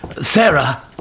Sarah